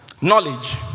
knowledge